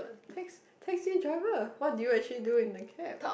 tax taxi driver what did you actually do in the cab